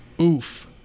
oof